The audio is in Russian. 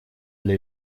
для